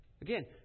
again